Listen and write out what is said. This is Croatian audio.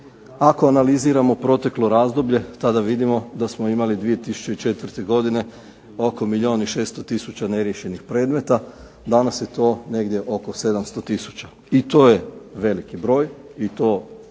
Ako analiziramo proteklo razdoblje tada vidimo da smo imali 2004. godine oko milijun i 600000 neriješenih predmeta. Danas je to negdje oko 700000. I to je veliki broj. I to